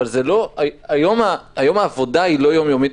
אבל היום העבודה המשותפת היא לא יום-יומית.